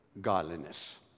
godliness